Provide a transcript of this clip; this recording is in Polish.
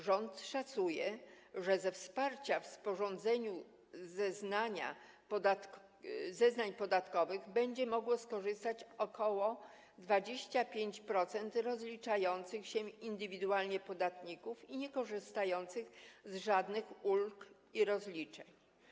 Rząd szacuje, że ze wsparcia w sporządzeniu zeznań podatkowych będzie mogło skorzystać ok. 25% rozliczających się indywidualnie podatników i niekorzystających z żadnych ulg i rozliczeń.